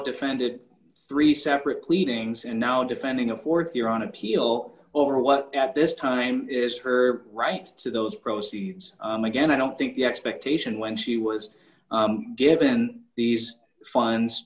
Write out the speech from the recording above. defended three separate pleadings and now defending a th year on appeal over what at this time is her right to those proceeds again i don't think the expectation when she was given these funds